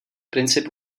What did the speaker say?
princip